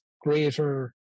greater